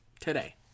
today